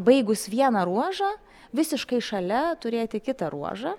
baigus vieną ruožą visiškai šalia turėti kitą ruožą